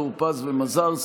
טור פז ומזרסקי.